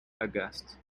aghast